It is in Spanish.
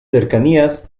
cercanías